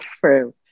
true